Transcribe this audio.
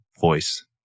voice